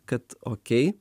kad okei